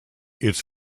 its